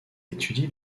étudie